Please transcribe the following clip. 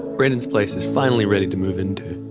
brendan's place is finally ready to move into.